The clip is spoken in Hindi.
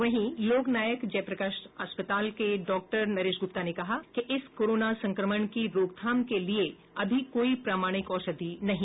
वहीं लोक नायक जयप्रकाश अस्पताल के डॉ नरेश गुप्ता ने कहा कि इस कोरोना संक्रमण की रोकथाम के लिए अभी कोई प्रमाणिक औषधि नहीं है